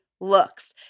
looks